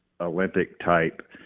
Olympic-type